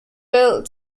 built